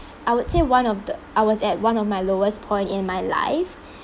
I would say one of the I was at one of my lowest point in my life